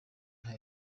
nta